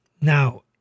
Now